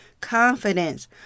confidence